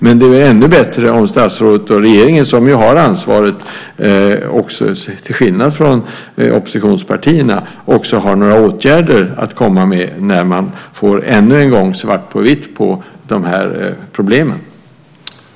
Men det är ännu bättre om statsrådet och regeringen, som ju har ansvaret till skillnad från oppositionspartierna, också har några åtgärder att komma med när man ännu en gång får svart på vitt på att de här problemen finns.